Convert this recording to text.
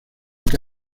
que